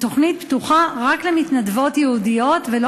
התוכנית פתוחה רק למתנדבות יהודיות ולא